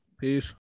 Peace